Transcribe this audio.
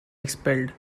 expelled